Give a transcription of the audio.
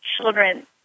children